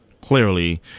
clearly